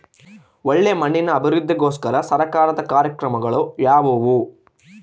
ಒಳ್ಳೆ ಮಣ್ಣಿನ ಅಭಿವೃದ್ಧಿಗೋಸ್ಕರ ಸರ್ಕಾರದ ಕಾರ್ಯಕ್ರಮಗಳು ಯಾವುವು?